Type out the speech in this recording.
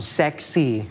sexy